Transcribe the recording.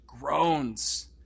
groans